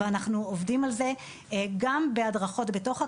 ואנחנו עובדים על זה, גם בהדרכות בתוך הקהילה,